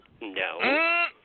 No